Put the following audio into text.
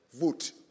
vote